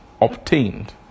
obtained